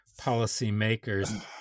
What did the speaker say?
policymakers